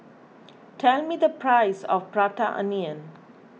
tell me the price of Prata Onion